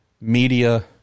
media